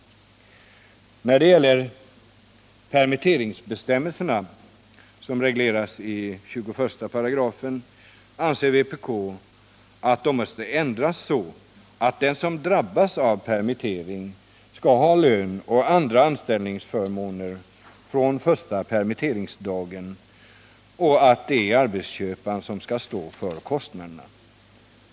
När det gäller permitteringsbestämmelserna, som regleras i 21 §, anser vpk att dessa måste ändras så att den som drabbas av permittering skall ha lön och andra anställningsförmåner från första permitteringsdagen och att arbetsköparen skall stå för kostnaderna.